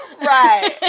Right